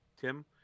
Tim